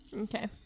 Okay